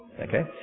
Okay